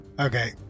okay